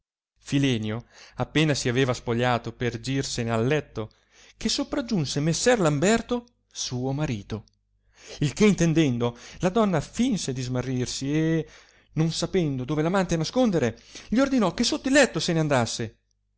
filenio appena si aveva spogliato per girsene al letto che sopragiunse messer lamberto suo marito il che intendendo la donna finse di smarrirsi e non sapendo dove amante nascondere gli ordinò che sotto il letto se n